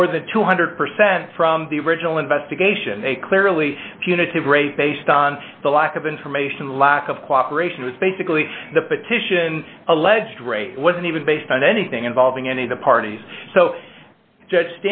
more than two hundred percent from the original investigation a clearly punitive rate based on the lack of information lack of cooperation which basically the petition alleged rate wasn't even based on anything involving any of the parties so judge